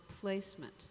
placement